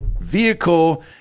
vehicle